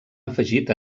afegit